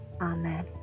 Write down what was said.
amen